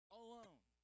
alone